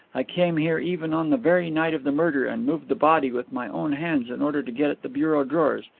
i came here even on the very night of the murder, and moved the body with my own hands in order to get at the bureau drawers.